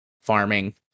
farming